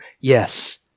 Yes